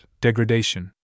degradation